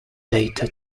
data